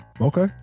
Okay